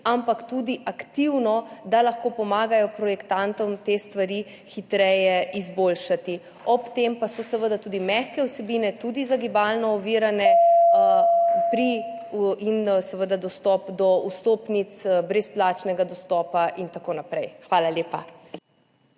ampak tudi aktivno, da lahko pomagajo projektantom te stvari hitreje izboljšati, ob tem pa so seveda tudi mehke vsebine za gibalno ovirane in seveda dostop do vstopnic, brezplačnega dostopa in tako naprej. Hvala lepa.